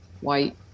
white